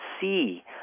see